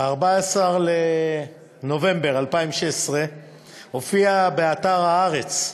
ב-14 בנובמבר 2016 הופיעה באתר "הארץ"